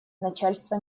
начальство